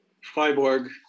Freiburg